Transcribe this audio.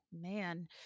Man